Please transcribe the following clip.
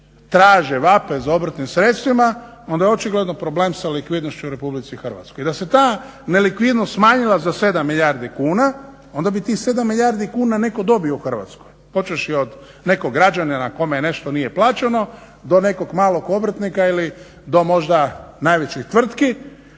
traže, vape za obrtnim sredstvima onda je očigledno problem sa likvidnošću u RH. i da se ta nelikvidnost smanjila za 7 milijardi kuna onda bi tih 7 milijardi kuna netko dobio u Hrvatskoj počevši od nekog građanina kome nešto nije plaćeno do nekog malog obrtnika ili do možda najvećih tvrtki.